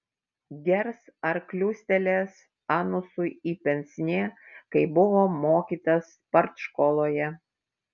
gers ar kliūstelės anusui į pensnė kaip buvo mokytas partškoloje